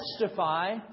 testify